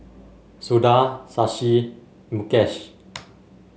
Suda Shashi and Mukesh